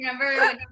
Remember